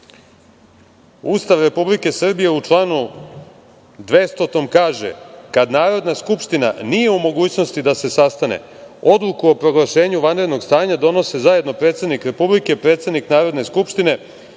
Ustav Republike Srbije u članu 200. kaže: „Kada Narodna skupština nije u mogućnosti da se sastane odluku o proglašenju vanrednog stanja donose zajedno predsednik Republike, predsednik Narodne skupštine